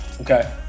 Okay